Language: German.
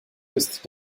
ist